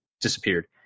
disappeared